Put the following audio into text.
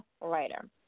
Writer